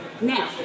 Now